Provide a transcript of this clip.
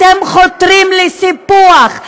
אתם חותרים לסיפוח.